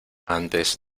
antes